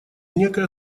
некое